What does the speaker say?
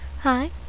Hi